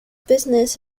business